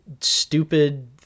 stupid